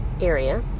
area